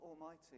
Almighty